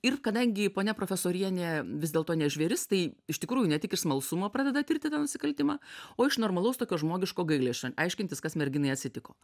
ir kadangi ponia profesorienė vis dėlto ne žvėris tai iš tikrųjų ne tik iš smalsumo pradeda tirti tą nusikaltimą o iš normalaus tokio žmogiško gailesčio aiškintis kas merginai atsitiko